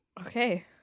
Okay